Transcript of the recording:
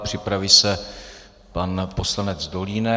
Připraví se pan poslanec Dolínek.